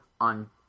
on